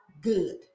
good